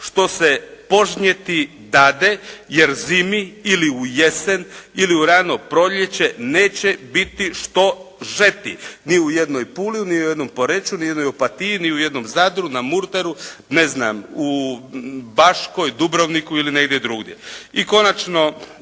što se požnjeti dade jer zimi ili u jesen ili u rano proljeće neće biti što žeti. Ni u jednoj Puli, ni u jednom Poreču, ni u jednoj Opatiji ni u jednom Zadru, na Murteru, ne znam u Baškoj, Dubrovniku ili negdje drugdje. I konačno